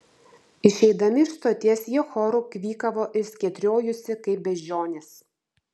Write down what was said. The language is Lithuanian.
išeidami iš stoties jie choru kvykavo ir skėtriojusi kaip beždžionės